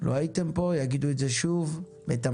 לא הייתם פה, יגידו את זה שוב בתמצית,